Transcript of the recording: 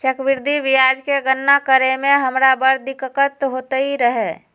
चक्रवृद्धि ब्याज के गणना करे में हमरा बड़ दिक्कत होइत रहै